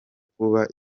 kuba